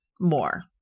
More